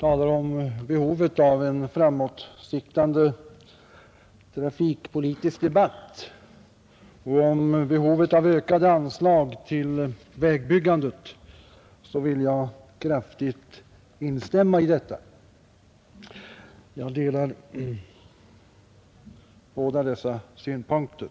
talar om behovet av en framåtsiktande trafikpolitisk debatt och om behovet av ökade anslag till vägbyggandet vill jag kraftigt instämma i detta. Jag delar båda dessa synpunkter.